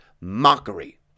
mockery